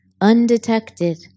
Undetected